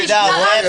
לא,